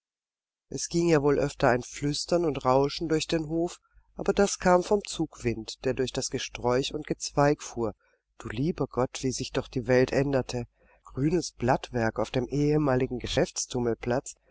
es ging ja wohl öfter ein flüstern und rauschen durch den hof aber das kam vom zugwind der durch das gesträuch und gezweig fuhr du lieber gott wie sich doch die welt änderte grünes blattwerk auf dem ehemaligen